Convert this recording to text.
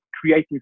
creating